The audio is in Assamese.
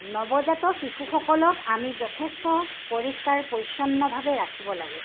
নৱজাতক শিশুসকলক আমি যথেষ্ট পৰিষ্কাৰ পৰিচ্ছন্নভাৱে ৰাখিব লাগে